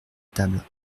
table